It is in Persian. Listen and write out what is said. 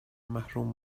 محروم